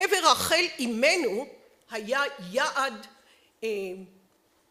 קבר החל אימנו היה יעד